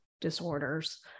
disorders